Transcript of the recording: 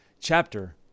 chapter